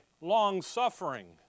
long-suffering